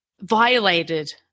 violated